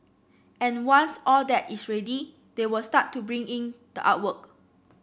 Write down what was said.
and once all that is ready they will start to bring in the artwork